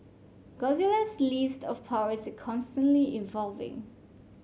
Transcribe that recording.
Godzilla's list of powers are constantly evolving